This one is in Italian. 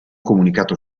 comunicato